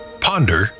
ponder